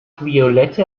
violette